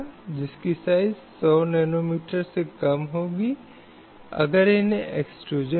इसे भारतीय संविधान के अनुच्छेद 19 के तहत हिंसक होने के रूप में चुनौती दी गई क्योंकि सभी को पेशे की स्वतंत्रता का अधिकार है